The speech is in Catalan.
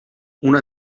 una